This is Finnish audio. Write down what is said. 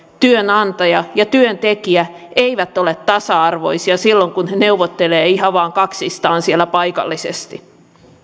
työnantaja ja työntekijät eivät ole tasa arvoisia silloin kun he neuvottelevat ihan vain kaksistaan siellä paikallisesti